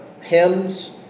hymns